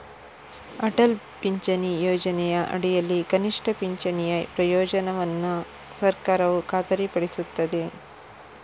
ಅಟಲ್ ಪಿಂಚಣಿ ಯೋಜನೆಯ ಅಡಿಯಲ್ಲಿ ಕನಿಷ್ಠ ಪಿಂಚಣಿಯ ಪ್ರಯೋಜನವನ್ನು ಸರ್ಕಾರವು ಖಾತರಿಪಡಿಸುತ್ತದೆ